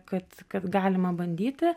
kad kad galima bandyti